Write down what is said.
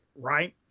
right